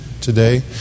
today